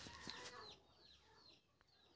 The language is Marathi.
यू.पी.आय कोणा कोणा साठी उपयोगाचा आसा?